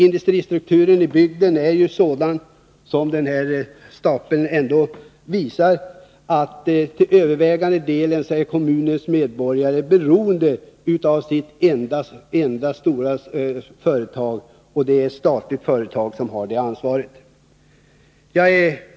Industristrukturen i bygden är sådan att den övervägande delen av kommunens medborgare är beroende av kommunens enda stora företag, ett statligt företag.